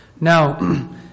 Now